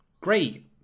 great